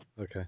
Okay